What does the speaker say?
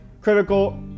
critical